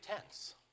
tense